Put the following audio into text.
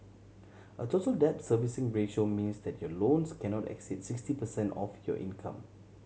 a Total Debt Servicing Ratio means that your loans cannot exceed sixty percent of your income